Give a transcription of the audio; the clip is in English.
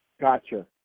Gotcha